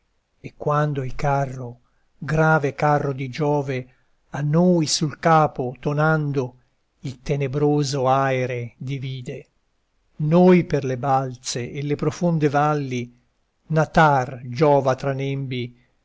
e quando il carro grave carro di giove a noi sul capo tonando il tenebroso aere divide noi per le balze e le profonde valli natar giova tra nembi